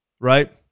right